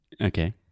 Okay